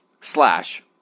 slash